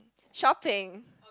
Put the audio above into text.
shopping